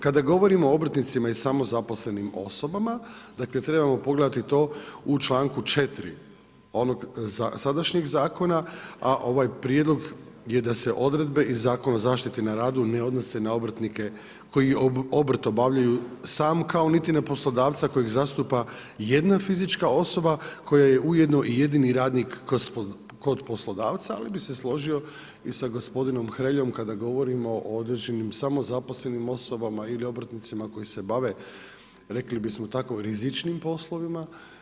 Kada govorimo o obrtnicima i samozaposlenih osoba, trebamo pogledati to u čl. 4. sadašnjeg zakona, a ovaj prijedlog je da se odredbe i Zakon o zaštiti na radu ne odnose na obrtnike koji obrt obavljaju sam, kao niti na poslodavca kojeg zastupa 1 fizička osoba, koja je ujedno i jedini radnik kod poslodavca, ali bi se složio i sa gospodinom Hreljom, kada govorimo o određenim samozaposlenim osobama, ili obrtnicima koji se bave, rekli bismo, tako rizičnim poslovima.